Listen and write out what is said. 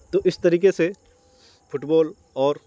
تو اس طریقے سے فٹ بال اور